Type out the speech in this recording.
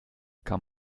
kann